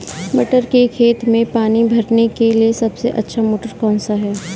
मटर के खेत में पानी भरने के लिए सबसे अच्छा मोटर कौन सा है?